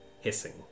Hissing